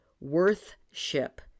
worth-ship